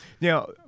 Now